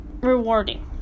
rewarding